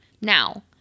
Now